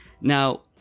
Now